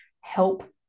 help